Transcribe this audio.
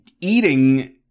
eating